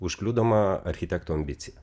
užkliudoma architekto ambicija